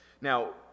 Now